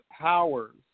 powers